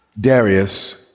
Darius